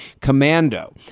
commando